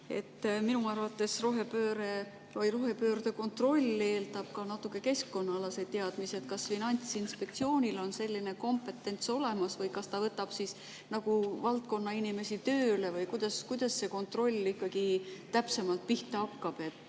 Minu arvates rohepöörde kontroll eeldab ka natuke keskkonnaalaseid teadmisi. Kas Finantsinspektsioonil on selline kompetents olemas või kas nad võtavad valdkonnainimesi tööle või kuidas see kontroll ikkagi täpsemalt toimuma hakkab?